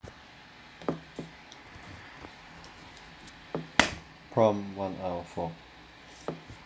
prompt one out of four